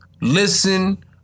Listen